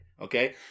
Okay